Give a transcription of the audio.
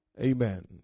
Amen